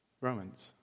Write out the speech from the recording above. Romans